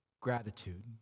gratitude